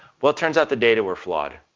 well, it turns out the data were flawed.